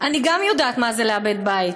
"אני גם יודעת מה זה לאבד בית.